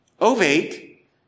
ovate